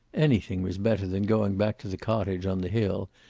anything was better than going back to the cottage on the hill,